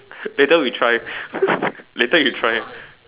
later we try later you try